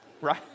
right